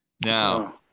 now